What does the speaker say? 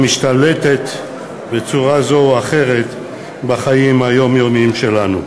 שמשתלטת בצורה זו או אחרת על חיי היום-יום שלנו.